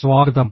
സ്വാഗതം